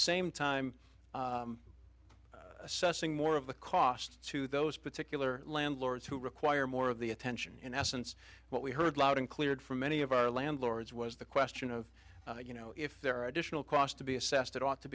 same time assessing more of the costs to those particular landlords who require more of the attention in essence what we heard loud and clear from many of our landlords was the question of you know if there are additional costs to be assessed it ought to